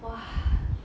!wah!